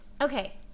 Okay